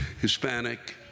Hispanic